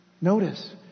notice